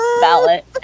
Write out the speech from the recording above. ballot